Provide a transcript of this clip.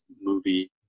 movie